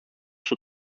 στο